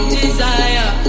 desire